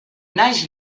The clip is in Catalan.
neix